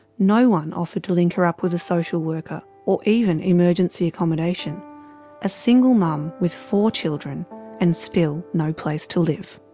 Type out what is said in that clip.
no one offered to link her up with a social worker, or even emergency accommodation a single mum with four children and still. no place to live.